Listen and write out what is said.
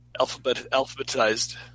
alphabetized